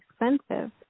expensive